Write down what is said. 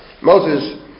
Moses